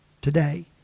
today